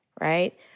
right